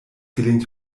gelingt